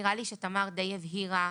נראה לי שתמר הבהירה